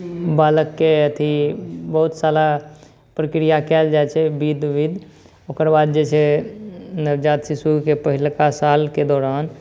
बालकके अथी बहुत सारा प्रक्रिआ कएल जाइ छै विध विध ओकर बाद जे छै से नवजात शिशुके पहिलका सालके दौरान